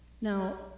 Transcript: Now